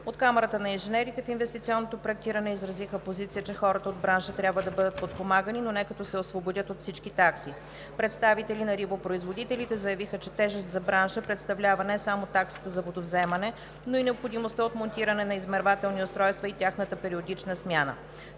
От Камарата на инженерите в инвестиционното проектиране изразиха позиция, че хората от бранша трябва да бъдат подпомагани, но не като се освободят от всички такси. Представители на рибопроизводителите заявиха, че тежест за бранша представлява не само таксата за водовземане, но и необходимостта от монтиране на измервателни устройства и тяхната периодична смяна.